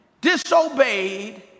disobeyed